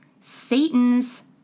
Satan's